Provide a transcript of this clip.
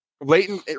Leighton